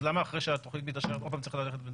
אז למה אחרי שהתוכנית מתאשרת עוד פעם צריך לדבר?